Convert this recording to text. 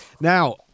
now